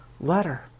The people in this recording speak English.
letter